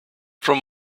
from